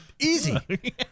Easy